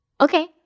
Okay